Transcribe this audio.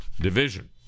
Division